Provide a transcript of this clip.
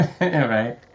Right